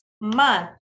month